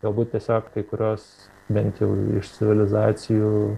galbūt tiesiog kai kurios bent jau iš civilizacijų